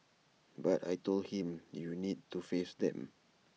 but I Told him you need to face them